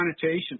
connotation